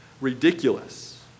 ridiculous